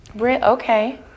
Okay